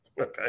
Okay